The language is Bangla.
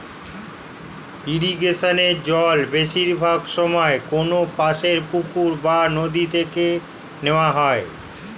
ইরিগেশনে জল বেশিরভাগ সময়ে কোনপাশের পুকুর বা নদি থেকে নেওয়া হয়